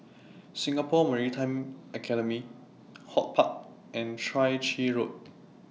Singapore Maritime Academy HortPark and Chai Chee Road